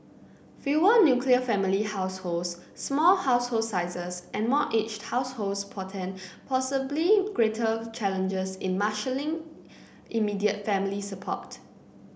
fewer nuclear family households small household sizes and more aged households portend possibly greater challenges in marshalling immediate family support